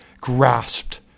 grasped